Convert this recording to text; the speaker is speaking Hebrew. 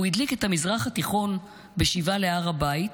הוא הדליק את המזרח התיכון בשיבה להר הבית,